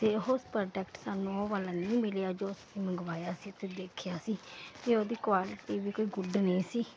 ਤੇ ਉਸ ਪ੍ਰੋਡੈਕਟ ਸਾਨੂੰ ਉਹ ਵਾਲਾ ਨਹੀਂ ਮਿਲਿਆ ਜੋ ਅਸੀਂ ਮੰਗਵਾਇਆ ਸੀ ਤੇ ਦੇਖਿਆ ਸੀ ਕਿ ਉਹਦੀ ਕੁਆਲਿਟੀ ਵੀ ਕੋਈ ਗੁੱਡ ਨਹੀਂ ਸੀ